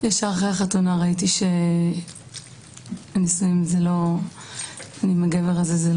ישר אחרי החתונה ראיתי שהנישואים עם הגבר הזה הם לא מה שחשבתי,